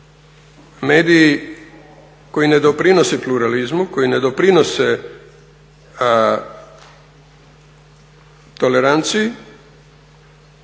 mediji koji ne doprinose pluralizmu, koji ne doprinose toleranciji,